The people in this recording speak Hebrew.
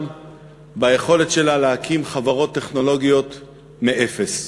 ביכולת שלה להקים חברות טכנולוגיות מאפס.